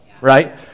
right